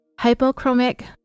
hypochromic